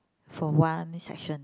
for one section